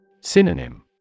Synonym